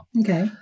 Okay